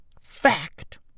Fact